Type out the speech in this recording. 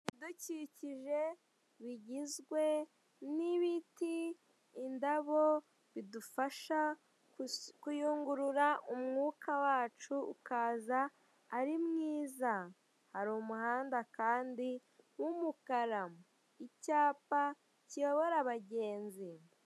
Ibidukikije bigizwe n'ibiti, indabo bidufasha kuyungurura umwuka wacu ukaza ari mwiza, hari umuhanda kandi w'umukara icyapa kiyobora abagenzi.